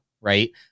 right